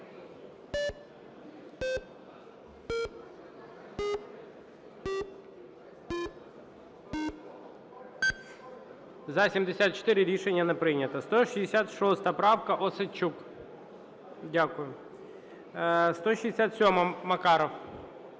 За-74 Рішення не прийнято. 166 правка, Осадчук. Дякую. 167-а, Макаров.